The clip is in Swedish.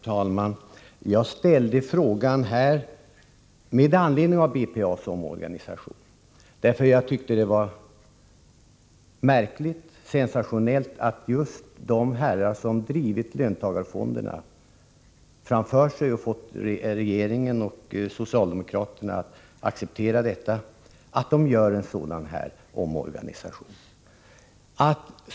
Herr talman! Jag ställde frågan med anledning av BPA:s omorganisation. Jag tyckte att det var märkligt och sensationellt att just de herrar som varit drivkrafterna bakom löntagarfonderna och fått regeringen och socialdemokraterna att acceptera dessa, gör en sådan här omorganisation.